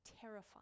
terrifying